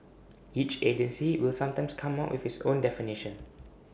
each agency will sometimes come up with its own definition